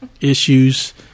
issues